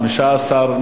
15,